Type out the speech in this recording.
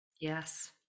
Yes